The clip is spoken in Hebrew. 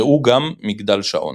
ראו גם מגדל שעון.